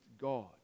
God